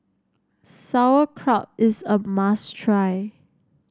sauerkraut is a must try